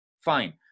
Fine